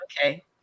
Okay